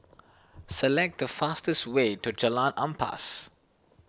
select the fastest way to Jalan Ampas